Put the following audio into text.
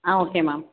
ah okay ma'am